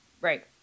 Right